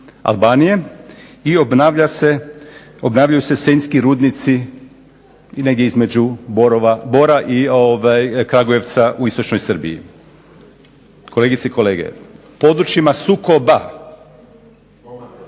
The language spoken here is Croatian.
Albanije i obnavljaju se Senjski rudnici negdje između Bora i Kragujevca u istočnoj Srbiji. Kolegice i kolege, područjima sukoba.